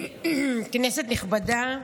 כנסת נכבדה,